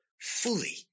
fully